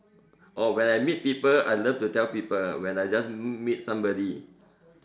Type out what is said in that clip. or when I meet people I love to tell people when I just meet somebody